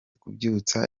kubyutsa